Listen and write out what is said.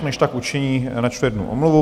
Než tak učiní, načtu jednu omluvu.